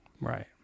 right